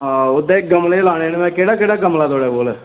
हां ओह्दे च गमले लाने न में केह्ड़ा केह्ड़ा गमला थुहाड़े कोल